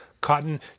Cotton